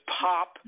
pop